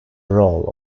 role